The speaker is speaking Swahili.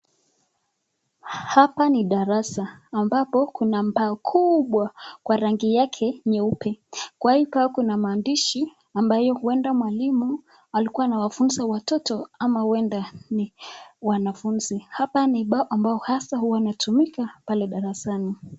Hapa ni darasa ambapo kuna ubao kubwa kwa rangi yake nyeupe, kwa ubao kuna maandishi ambayo huenda mwalimu alikuwa anawafunza watoto ama huenda ni wanafunzi, hapa ni ubao ambao hasa huwa inatumika pale darasani.